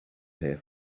here